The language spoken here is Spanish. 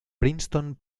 princeton